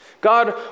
God